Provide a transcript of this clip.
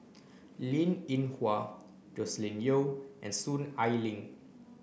Linn In Hua Joscelin Yeo and Soon Ai Ling